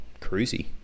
cruisy